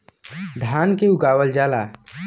धान के उगावल जाला